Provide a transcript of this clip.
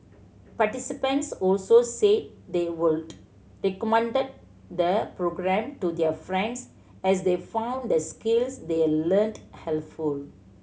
participants also say they would recommended the programme to their friends as they found the skills they learnt helpful